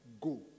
go